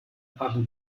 abu